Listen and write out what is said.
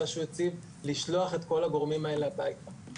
שהוא הציג לשלוח את כל הגורמים האלה הביתה.